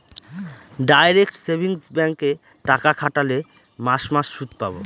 direct savings ব্যাঙ্কে টাকা খাটোল মাস মাস সুদ পাবো